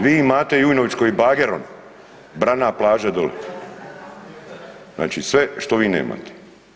Vi i Mate Jujnović koji je bagerom bra na plaže dole, znači sve što vi nemate.